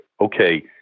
okay